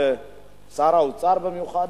ושר האוצר במיוחד,